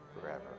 forever